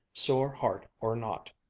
sore heart or not,